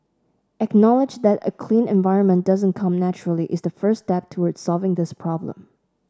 acknowledge that a clean environment doesn't come naturally is the first step toward solving this problem